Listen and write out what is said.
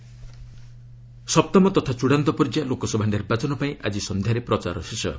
campaigning ସପ୍ତମ ତଥା ଚୃଡ଼ାନ୍ତ ପର୍ଯ୍ୟାୟ ଲୋକସଭା ନିର୍ବାଚନ ପାଇଁ ଆଜି ସନ୍ଧ୍ୟାରେ ପ୍ରଚାର ଶେଷ ହେବ